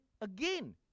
again